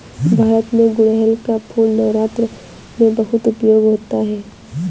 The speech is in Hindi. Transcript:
भारत में गुड़हल का फूल नवरात्र में बहुत उपयोग होता है